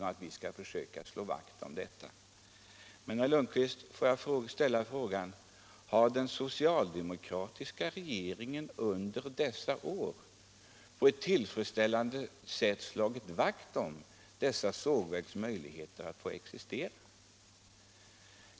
Men jag vill fråga herr Lundkvist om den socialdemokratiska regeringen under de senaste åren verkligen på ett tillfredsställande sätt har slagit vakt om dessa sågverks möjligheter att existera.